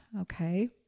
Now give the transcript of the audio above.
Okay